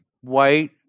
white